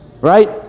Right